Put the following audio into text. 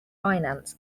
finance